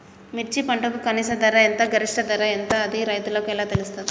మిర్చి పంటకు కనీస ధర ఎంత గరిష్టంగా ధర ఎంత అది రైతులకు ఎలా తెలుస్తది?